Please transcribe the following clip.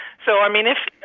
so i mean, if.